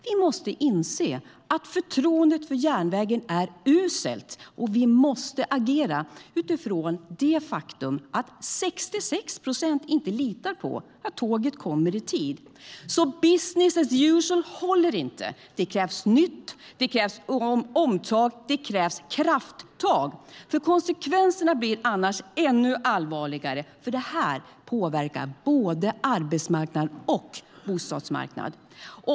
Vi måste inse att förtroendet för järnvägen är uselt, och vi måste agera utifrån det faktum att 66 procent inte litar på att tåget kommer i tid. Business as usual håller inte. Det krävs nytt, det krävs omtag, och det krävs krafttag. Konsekvenserna blir annars ännu allvarligare. Det påverkar både arbetsmarknad och bostadsmarknad.